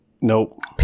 Nope